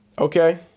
Okay